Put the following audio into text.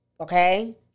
Okay